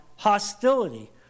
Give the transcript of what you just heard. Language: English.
hostility